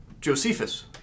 Josephus